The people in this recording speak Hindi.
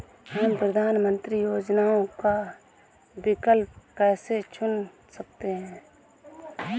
हम प्रधानमंत्री योजनाओं का विकल्प कैसे चुन सकते हैं?